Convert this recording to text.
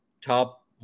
top